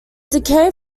decayed